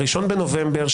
ה-1 בנובמבר,